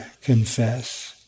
confess